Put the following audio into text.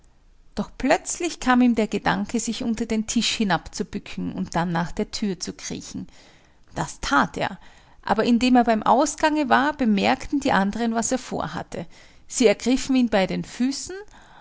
doch plötzlich kam ihm der gedanke sich unter den tisch hinab zu bücken und dann nach der thür zu kriechen das that er aber indem er beim ausgange war bemerkten die andern was er vor hatte sie ergriffen ihn bei den füßen